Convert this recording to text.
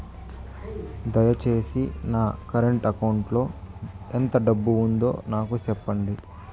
దయచేసి నా current account లో ఎంత డబ్బు ఉందో నాకు సెప్పండి